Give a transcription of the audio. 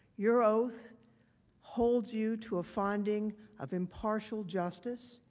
your oath holds you to ah founding of impartial justice.